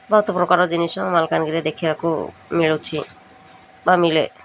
ବହୁତ ପ୍ରକାର ଜିନିଷ ମାଲକାନଗିରିରେ ଦେଖିବାକୁ ମିଳୁଛି ବା ମିଳେ